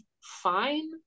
fine